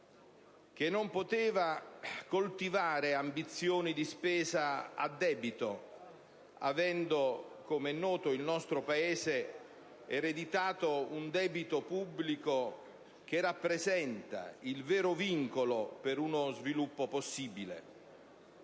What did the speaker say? che non poteva coltivare ambizioni di spesa a debito avendo il nostro Paese ereditato, come è noto, un debito pubblico che rappresenta il vero vincolo per uno sviluppo possibile.